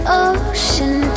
ocean